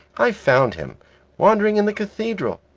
i found him wandering in the cathedral.